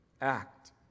act